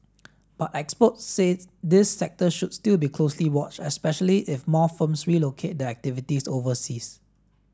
but experts said this sector should still be closely watched especially if more firms relocate their activities overseas